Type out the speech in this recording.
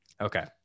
Okay